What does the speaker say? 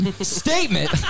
statement